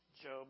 Job